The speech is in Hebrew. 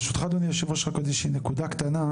ברשותך אדוני היושב-ראש רק עוד איזושהי נקודה קטנה.